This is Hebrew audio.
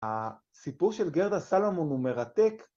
‫הסיפור של גרדה סלמון הוא מרתק,